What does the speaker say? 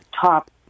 top